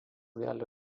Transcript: gali